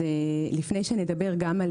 לפני שנדבר גם על